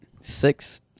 six